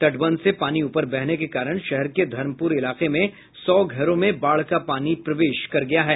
तटबंध से पानी ऊपर बहने के कारण शहर के धर्मपुर इलाके में सौ घरों में बाढ़ का पानी प्रवेश कर गया है